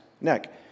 neck